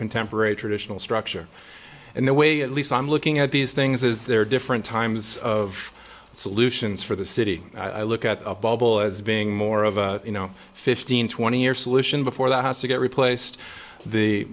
contemporary traditional structure and the way at least i'm looking at these things is there are different times of solutions for the city i look at a bubble as being more of a you know fifteen twenty year solution before that has to get replaced the